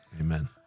Amen